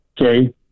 Okay